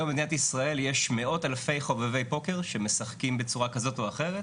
היום במדינת ישראל יש מאות אלפי חובבי פוקר שמשחקים בצורה כזאת או אחרת,